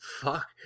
Fuck